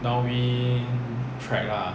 downwind track lah